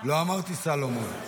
לא אמרתי "סלומון".